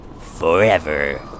forever